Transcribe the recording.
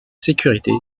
sécurité